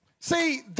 See